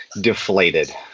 deflated